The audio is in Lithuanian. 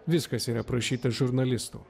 viskas yra aprašyta žurnalistų